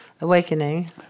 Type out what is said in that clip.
awakening